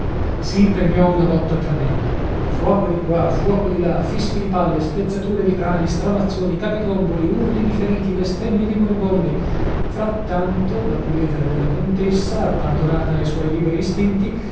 si impegnò una lotta tremenda fuoco di qua fuoco di là fischi di palle spezzature di crani stramazzoni capitomboli urli di feriti bestemmie di moribondi frattanto la puledra della contessa abbandonata ai suoi liberi istinti